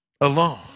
alone